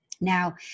Now